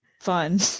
fun